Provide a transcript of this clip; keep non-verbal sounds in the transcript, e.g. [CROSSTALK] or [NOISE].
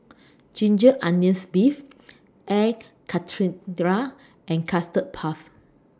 Ginger Onions Beef Air [UNINTELLIGIBLE] and Custard Puff